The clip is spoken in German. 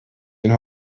den